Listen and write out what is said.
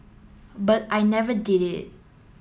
but I never did it